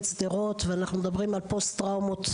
שדרות ואנחנו מדברים על פוסט-טראומות,